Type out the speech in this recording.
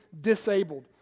disabled